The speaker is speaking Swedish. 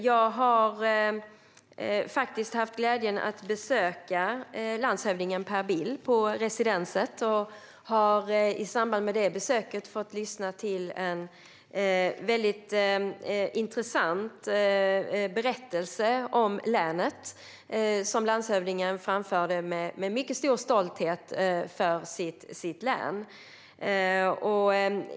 Jag har haft glädjen att besöka landshövdingen Per Bill på residenset och har i samband med det besöket fått lyssna till en väldigt intressant berättelse om länet som landshövdingen framförde med mycket stor stolthet över sitt län.